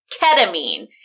ketamine